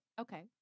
Okay